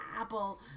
apple